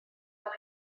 cael